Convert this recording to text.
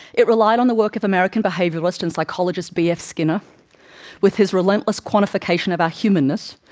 it relied on the work of american behaviouralist and psychologist b. f. skinner with his relentless quantification of our humanness,